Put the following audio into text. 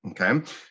okay